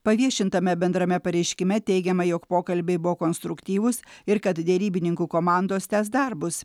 paviešintame bendrame pareiškime teigiama jog pokalbiai buvo konstruktyvūs ir kad derybininkų komandos tęs darbus